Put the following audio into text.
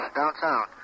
downtown